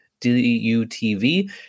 DUTV